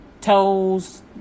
toes